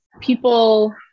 people